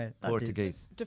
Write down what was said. Portuguese